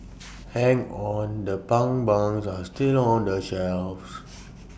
hang on the pun buns are still on the shelves